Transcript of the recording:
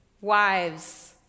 wives